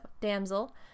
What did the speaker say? damsel